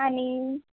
आणि